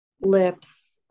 lips